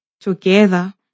together